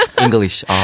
English